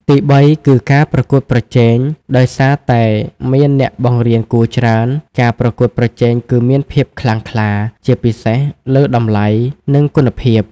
ទីបី គឺការប្រកួតប្រជែង ដោយសារតែមានអ្នកបង្រៀនគួរច្រើន ការប្រកួតប្រជែងគឺមានភាពខ្លាំងក្លា ជាពិសេសលើតម្លៃ និងគុណភាព។